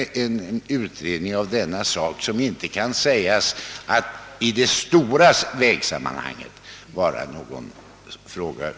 Herr Lindahl kommer att bli bönhörd i sinom tid; han kommer att få en utredning.